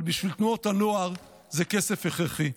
אבל בשביל תנועות הנוער זה כסף הכרחי.